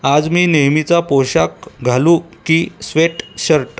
आज मी नेहमीचा पोशाख घालू की स्वेटशर्ट